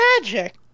magic